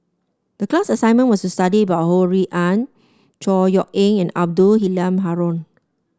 the class assignment was to study about Ho Rui An Chor Yeok Eng and Abdul Halim Haron